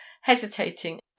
hesitating